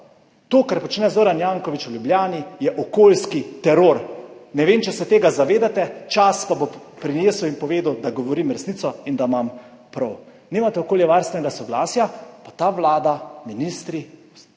To, kar počne Zoran Janković v Ljubljani, je okoljski teror. Ne vem, če se tega zavedate, čas pa bo prinesel in povedal, da govorim resnico in da imam prav. Nimate okoljevarstvenega soglasja, pa ta vlada, ministri,